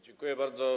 Dziękuję bardzo.